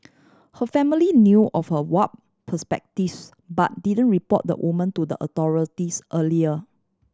her family knew of her warp perspectives but didn't report the woman to the authorities earlier